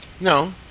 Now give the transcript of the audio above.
No